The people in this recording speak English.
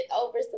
over